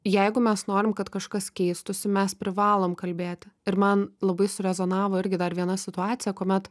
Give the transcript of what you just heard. jeigu mes norim kad kažkas keistųsi mes privalom kalbėti ir man labai surezonavo irgi dar viena situacija kuomet